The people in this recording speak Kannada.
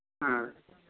ಹಾಂ